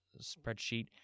spreadsheet